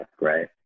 right